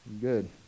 Good